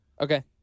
Okay